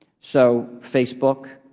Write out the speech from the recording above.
so facebook,